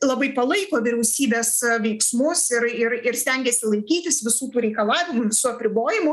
labai palaiko vyriausybės veiksmus ir ir ir stengiasi laikytis visų tų reikalavimų visų apribojimų